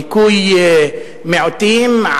דיכוי מיעוטים,